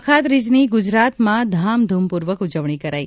અખાત્રીજની ગુજરાતમાં ધામધૂમપૂર્વક ઊજવણી કરાઇ